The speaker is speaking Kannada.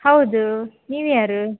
ಹೌದು ನೀವ್ಯಾರು